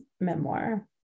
memoir